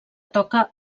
toca